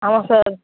ஆமாம் சார்